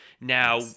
now